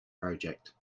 project